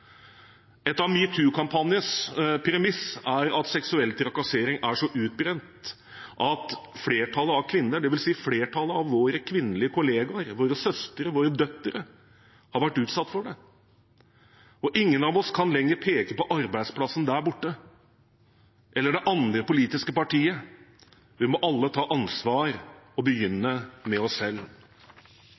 Et av metoo-kampanjens premiss er at seksuell trakassering er så utbredt at flertallet av kvinnene – det vil si flertallet av våre kvinnelige kollegaer, våre søstre, våre døtre – har vært utsatt for det. Ingen av oss kan lenger peke på arbeidsplassen der borte eller det andre politiske partiet. Vi må alle ta ansvar og begynne med oss selv.